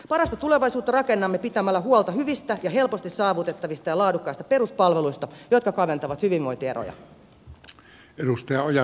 parasta tulevaisuutta rakennamme pitämällä huolta hyvistä ja helposti saavutettavista ja laadukkaista peruspalveluista jotka kaventavat hyvinvointieroja